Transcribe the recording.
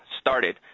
started